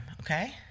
okay